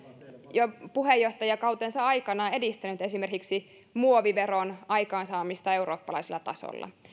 jo puheenjohtajakautensa aikana edistänyt esimerkiksi muoviveron aikaansaamista eurooppalaisella tasolla